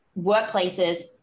workplaces